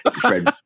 Fred